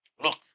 Look